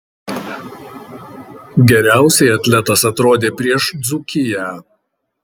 geriausiai atletas atrodė prieš dzūkiją